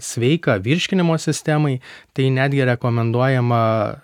sveika virškinimo sistemai tai netgi rekomenduojama